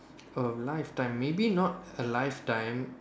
a lifetime maybe not a lifetime